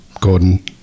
Gordon